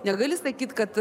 negali sakyt kad